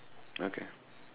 okay